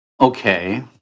Okay